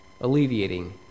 alleviating